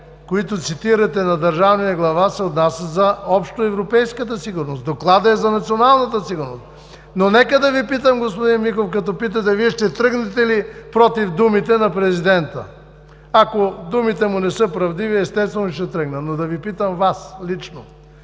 които цитирате, на държавния глава се отнасят за общоевропейската сигурност, Докладът е за националната сигурност, но нека да Ви питам, господин Михов, като питате Вие, ще тръгнете ли против думите на президента? Ако думите му не са правдиви – естествено, че ще тръгнете. Но да Ви питам Вас лично: